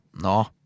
No